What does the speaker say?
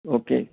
okay